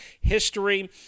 history